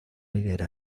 hilera